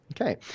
Okay